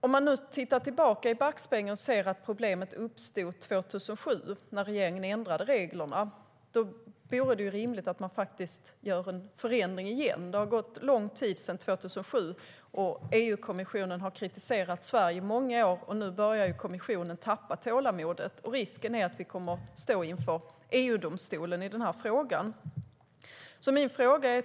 Om vi tittar i backspegeln ser vi att problemet uppstod när regeringen ändrade reglerna 2007. Då borde det vara rimligt att göra en förändring. Det har gått lång tid sedan 2007. EU-kommissionen har kritiserat Sverige i många år, och nu börjar den tappa tålamodet. Risken är att vi kommer att ställas inför EU-domstolen i denna fråga.